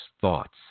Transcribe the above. thoughts